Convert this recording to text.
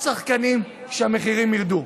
עוד שחקנים, שהמחירים ירדו.